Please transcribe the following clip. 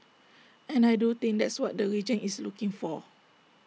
and I do think that's what the region is looking for